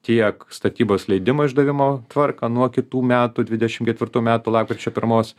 tiek statybos leidimo išdavimo tvarką nuo kitų metų dvidešimt ketvirtų metų lapkričio pirmos